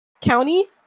county